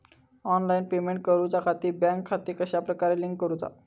Online payment करुच्याखाती bank खाते कश्या प्रकारे लिंक करुचा?